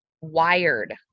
wired